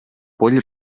poll